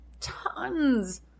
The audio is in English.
tons